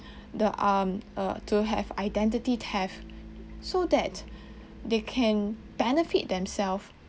the um err to have identity theft so that they can benefit themselves